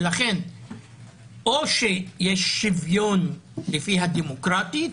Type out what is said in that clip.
או שיש שוויון לפי הדמוקרטית,